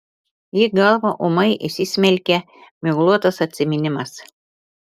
į galvą ūmai įsismelkia miglotas atsiminimas